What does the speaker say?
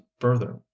further